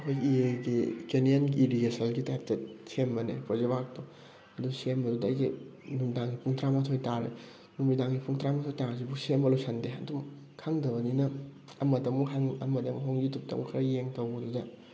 ꯑꯩꯈꯣꯏ ꯏ ꯑꯦꯒꯤ ꯀꯦꯅꯦꯜ ꯏꯔꯤꯒꯦꯁꯟꯒꯤ ꯇꯥꯏꯞꯇ ꯁꯦꯝꯕꯅꯦ ꯄ꯭ꯔꯣꯖꯦꯛ ꯋꯥꯔꯛꯇꯣ ꯑꯗꯨ ꯁꯦꯝ ꯂꯣꯏꯕꯗ ꯑꯩꯁꯦ ꯅꯨꯡꯗꯥꯡꯒꯤ ꯄꯨꯡ ꯇꯔꯥꯃꯥꯊꯣꯏ ꯇꯥꯔꯦ ꯅꯨꯃꯤꯗꯥꯡꯒꯤ ꯄꯨꯡ ꯇꯔꯥꯃꯥꯊꯣꯏ ꯇꯥꯔꯁꯤꯐꯥꯎ ꯁꯦꯝꯕ ꯂꯣꯏꯁꯟꯗꯦ ꯑꯗꯨꯝ ꯈꯪꯗꯕꯅꯤꯅ ꯑꯃꯗꯃꯨꯛ ꯍꯪ ꯑꯃꯗꯃꯨꯛ ꯍꯪ ꯌꯨꯇ꯭ꯌꯨꯞꯇꯃꯨꯛ ꯈꯔꯥ ꯌꯦꯡ ꯇꯧꯕꯗꯨꯗ